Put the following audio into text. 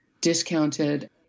discounted